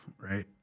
right